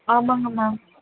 ஆமாம்ங்க மேம்